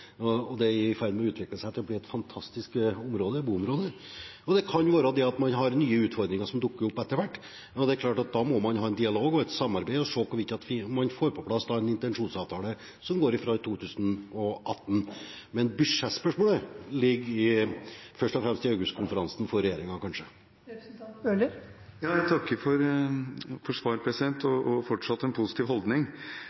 Det er i ferd med å utvikle seg til å bli et fantastisk boområde. Det kan være at man får nye utfordringer som dukker opp etter hvert. Da må man ha en dialog og et samarbeid og se på om man får på plass en intensjonsavtale som går fra 2018. Men budsjettspørsmålet ligger kanskje først og fremst i augustkonferansen til regjeringen. Jeg takker for svaret og for en fortsatt positiv holdning. Det som er viktig, er at – for